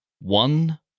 one